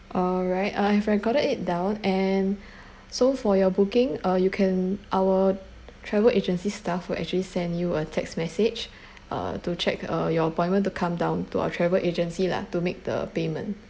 alright I have recorded it down and so for your booking uh you can our travel agency staff were actually send you a text message uh to check uh your appointment to come down to our travel agency lah to make the payment